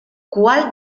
cuál